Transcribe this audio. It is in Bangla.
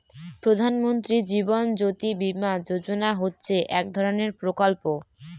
প্রধান মন্ত্রী জীবন জ্যোতি বীমা যোজনা হচ্ছে এক ধরনের প্রকল্প